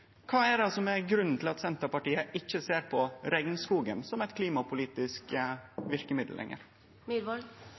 Kva er det som er grunnen til at Senterpartiet ikkje ser på regnskogen som eit klimapolitisk verkemiddel